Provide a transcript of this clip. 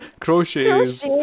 Crochets